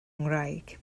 ngwraig